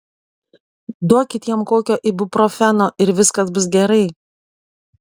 duokit jam kokio ibuprofeno ir viskas bus gerai